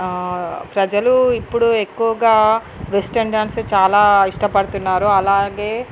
ప్రజలు ఇప్పుడు ఎక్కువగా వెస్ట్రన్ డ్యాన్యే చాలా ఇష్టపడుతున్నారు అలాగే